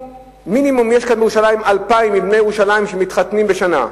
יש כאן בירושלים מינימום 2,000 בני ירושלים שמתחתנים בשנה,